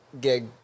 gig